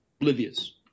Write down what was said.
oblivious